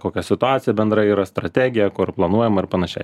kokia situacija bendra yra strategija kur planuojama ir panašiai